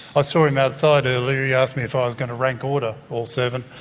ah saw him outside earlier, he asked me if ah i was going to rank order all seven.